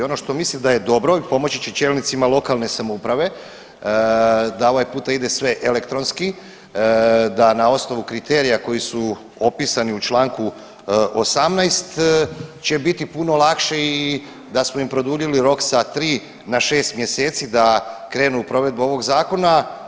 Ono što mislim da je dobro i pomoći će čelnicima lokalne samouprave da ovaj puta ide sve elektronski, da na osnovu kriterija koji su opisani u čl. 18. će biti puno lakše i da smo im produljili rok sa 3 na 6 mjeseci da krenu u provedbu ovog zakona.